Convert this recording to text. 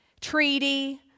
treaty